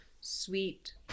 sweet